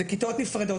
כיתות נפרדות.